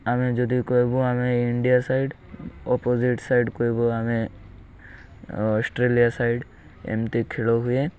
ଆମେ ଯଦି କହିବୁ ଆମେ ଇଣ୍ଡିଆ ସାଇଡ଼୍ ଅପୋଜିଟ୍ ସାଇଡ଼୍ କହିବୁ ଆମେ ଅଷ୍ଟ୍ରେଲିଆ ସାଇଡ଼୍ ଏମିତି ଖେଳ ହୁଏ